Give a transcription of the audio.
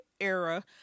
era